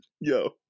Yo